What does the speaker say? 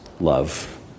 love